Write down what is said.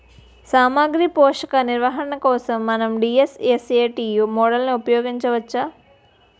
సామాగ్రి పోషక నిర్వహణ కోసం మనం డి.ఎస్.ఎస్.ఎ.టీ మోడల్ని ఉపయోగించవచ్చా?